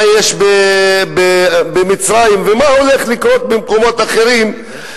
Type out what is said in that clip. מה יש במצרים ומה הולך לקרות במקומות אחרים,